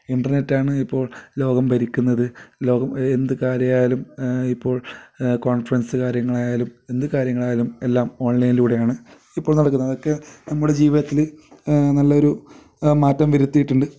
ഇൻ്റർനെറ്റാണിപ്പോൾ ലോകം ഭരിക്കുന്നത് ലോകം എന്തു കാര്യയാലും ഇപ്പോൾ കോൺഫെറൻസ് കാര്യങ്ങളായാലും എന്തു കാര്യങ്ങളായാലും എല്ലാം ഓൺലൈനിലൂടെയാണ് ഇപ്പോൾ നടക്കുന്നത് അതൊക്കെ നമ്മുടെ ജീവിതത്തിൽ നല്ലൊരു മാറ്റം വരുത്തിയിട്ടുണ്ട്